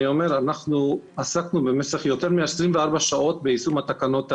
אני אומר שאנחנו עסקנו במשך יותר מ-24 שעות ביישום התקנות האלה.